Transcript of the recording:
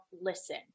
listen